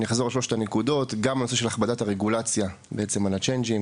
אחזור על שלושת הנקודות: הנושא של הכבדת הרגולציה על הצ'יינג'ים,